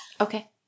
Okay